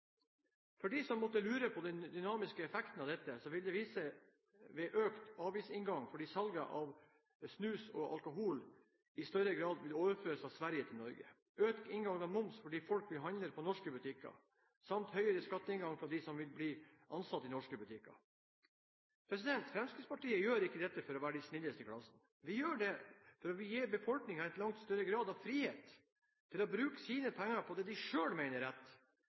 For dem som måtte lure på den dynamiske effekten av dette, ville det vise seg ved økt avgiftsinngang, fordi salget av snus og alkohol i større grad ville overføres fra Sverige til Norge, økt inngang av moms fordi folk ville handle på norske butikker, samt høyere skatteinngang fra dem som ville bli ansatt i norske butikker. Fremskrittspartiet gjør ikke dette for å være de snilleste i klassen. Vi gjør det fordi det vil gi befolkningen langt større grad av frihet til å bruke sine penger på det de selv mener er rett,